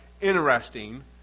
interesting